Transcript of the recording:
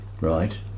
Right